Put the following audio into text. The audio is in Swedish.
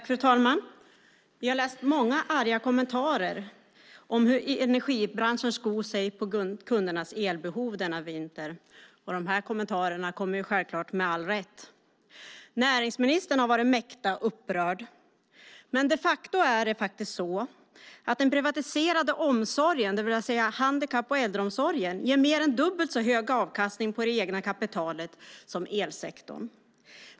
Fru talman! Vi har läst många arga kommentarer om hur energibranschen skor sig på kundernas elbehov denna vinter, och kommentarerna kommer självklart med all rätt. Näringsministern har varit mäkta upprörd. Men de facto är det så att den privatiserade omsorgen, det vill säga handikapp och äldreomsorgen, ger mer än dubbelt så hög avkastning på det egna kapitalet som elsektorn.